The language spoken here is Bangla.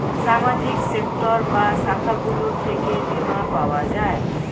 সামাজিক সেক্টর বা শাখাগুলো থেকে বীমা পাওয়া যায়